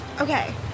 Okay